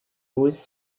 louis